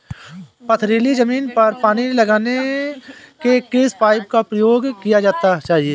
पथरीली ज़मीन पर पानी लगाने के किस पाइप का प्रयोग किया जाना चाहिए?